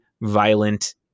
violent